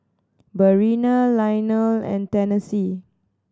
Breana Lionel and Tennessee